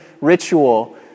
ritual